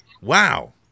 Wow